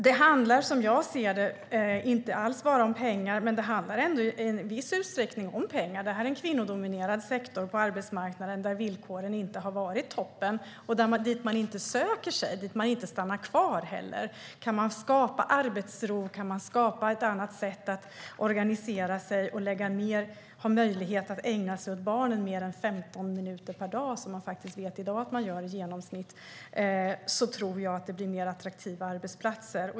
Det handlar inte bara om pengar, men i viss utsträckning handlar det om pengar. Det är en kvinnodominerad sektor på arbetsmarknaden där villkoren inte har varit toppen och dit man inte söker sig eller stannar kvar. Kan man skapa arbetsro och ett annat sätt att organisera arbetet så att man har möjlighet att ägna mer än dagens i genomsnitt 15 minuter per dag åt barnen tror jag att det blir en mer attraktiv arbetsplats.